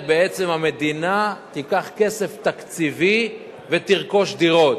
בעצם: המדינה תיקח כסף תקציבי ותרכוש דירות.